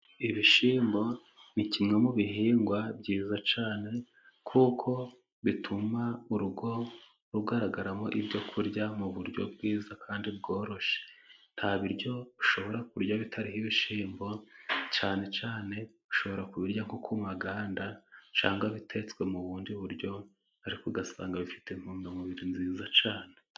Ibishyimbo ni kimwe mu bihingwa byiza cyane，kuko bituma urugo rugaragaramo ibyo kurya mu buryo bwiza kandi bworoshye，nta biryo ushobora kurya bitariho ibishyimbo， cyane cyane ushobora kubirya nko ku maganda cyangwa bitetswe mu bundi buryo， ariko ugasanga bifite intungamubiri nziza cyane.